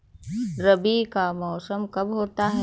रबी का मौसम कब होता हैं?